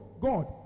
God